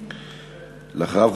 אחריו,